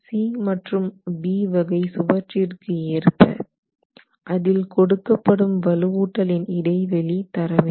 C மற்றும் B வகை சுவற்றிற்கு ஏற்ப அதில் கொடுக்கப்படும் வலுவூட்டல் இன் இடைவெளி தர வேண்டும்